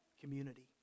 community